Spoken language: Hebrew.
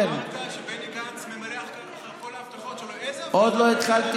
בני גנץ נוסע עכשיו, ביטון?